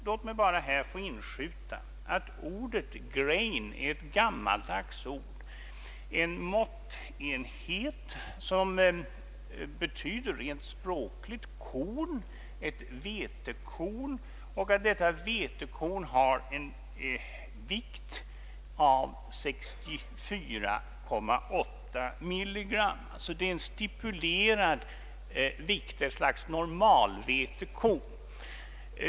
Låt mig bara här få inskjuta att grain är ett gammaldags ord, en måttenhet som rent språkligt betyder korn, ett vetekorn, och att detta vetekorn antas ha en vikt av 64,8 milligram. Det är en stipulerad vikt, ett slags normalvetekorn.